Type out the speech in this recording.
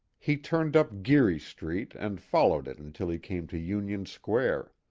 he turned up geary street and followed it until he came to union square.